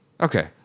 okay